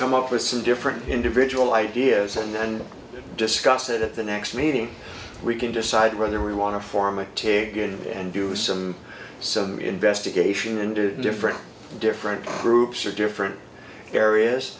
come up with some different individual ideas and then discuss it at the next meeting we can decide whether we want to form to get in there and do some some investigation and do different different groups or different areas